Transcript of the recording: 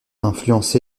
influencé